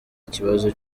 ikibazo